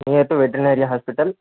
near to veterinary hospital